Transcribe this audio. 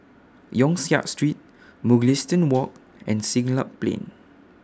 Yong Siak Street Mugliston Walk and Siglap Plain